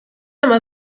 aber